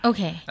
Okay